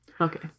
Okay